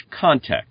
context